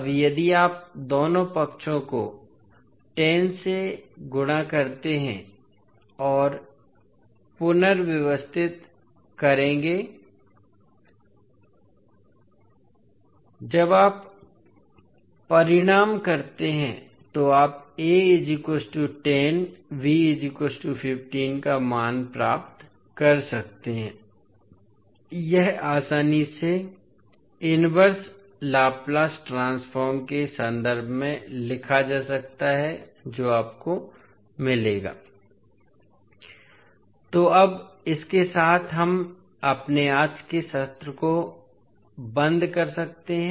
अब यदि आप दोनों पक्षों को 10 से गुणा करते हैं और पुनर्व्यवस्थित करेंगे जब आप परिणाम करते हैं तो आप का मान प्राप्त कर सकते हैं यह आसानी से इनवर्स लाप्लास ट्रांसफॉर्म के संदर्भ में लिखा जा सकता है जो आपको मिलेगा तो अब इसके साथ हम अपने आज के सत्र को बंद कर सकते हैं